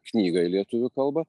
knygą į lietuvių kalbą